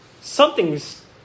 Something's